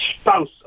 Spouse